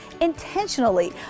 intentionally